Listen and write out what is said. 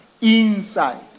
Inside